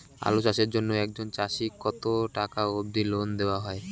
আলু চাষের জন্য একজন চাষীক কতো টাকা অব্দি লোন দেওয়া হয়?